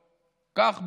כך,